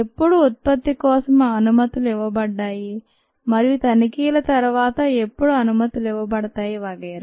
ఎప్పుడు ఉత్పత్తి కోసం అనుమతులు ఇవ్వబడ్డాయి మరియు తనిఖీల తరువాత ఎప్పుడు అనుమతులు ఇవ్వబడతాయి వగైరా